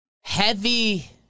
Heavy